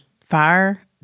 fire